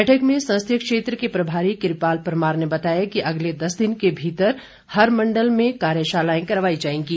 बैठक में संसदीय क्षेत्र के प्रभारी कृपाल परमार ने बताया कि अगले दस दिन के भीतर हर मण्डल में कार्यशालाएं करवाई जाएंगी